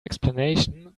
explanation